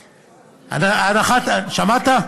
שמעת?